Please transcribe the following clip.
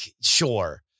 sure